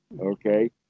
okay